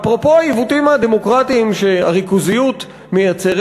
אפרופו העיוותים הדמוקרטיים שהריכוזיות מייצרת,